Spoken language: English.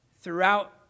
throughout